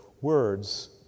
words